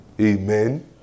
Amen